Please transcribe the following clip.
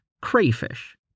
crayfish